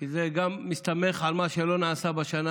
כי זה מסתמך גם על מה שלא נעשה בשנה